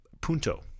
Punto